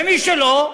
ומי שלא,